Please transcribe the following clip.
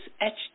etched